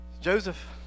Joseph